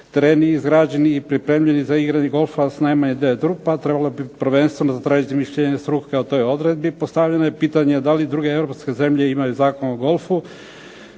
tereni izgrađeni i pripremljeni za igranje golfa sa najmanje 9 rupa, a trebalo bi prvenstveno zatražiti mišljenje struke o toj odredbi. Postavljeno je pitanje, da li druge europske zemlje imaju Zakon o golfu.